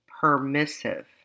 permissive